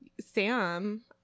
Sam